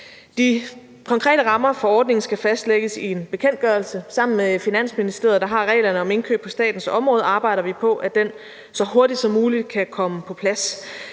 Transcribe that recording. De konkrete rammer for ordningen skal fastlægges i en bekendtgørelse. Sammen med Finansministeriet, der har reglerne om indkøb på statens område, arbejder vi på, at den så hurtigt som muligt kan komme på plads.